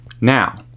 Now